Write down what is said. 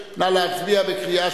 לא, על היום